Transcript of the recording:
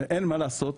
ואין מה לעשות,